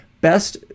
Best